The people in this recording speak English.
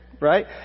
Right